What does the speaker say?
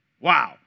wow